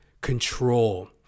control